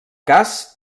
cas